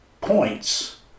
points